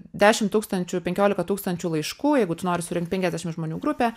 dešim tūkstančių penkiolika tūkstančių laiškų jeigu tu nori surinkt penkiasdešim žmonių grupę